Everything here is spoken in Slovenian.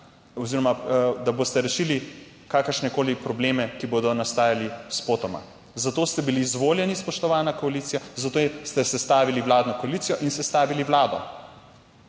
oziroma da boste rešili kakršnekoli probleme, ki bodo nastajali spotoma. Za to ste bili izvoljeni, spoštovana koalicija, za to ste sestavili vladno koalicijo in sestavili vlado.